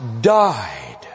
died